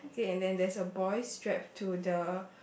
okay and then there's a boy strapped to the